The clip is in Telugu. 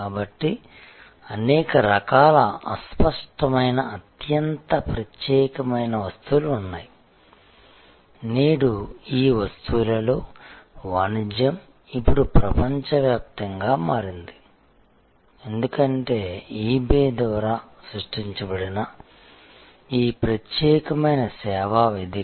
కాబట్టి అనేక రకాల అస్పష్టమైన అత్యంత ప్రత్యేకమైన వస్తువులు ఉన్నాయి నేడు ఈ వస్తువులలో వాణిజ్యం ఇప్పుడు ప్రపంచవ్యాప్తంగా మారింది ఎందుకంటే eBay ద్వారా సృష్టించబడిన ఈ ప్రత్యేకమైన సేవా వేదిక